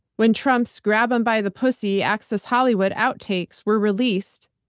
when trump's grab them by the pussy access hollywood outtakes were released,